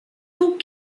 tout